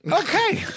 Okay